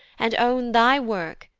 and own thy work,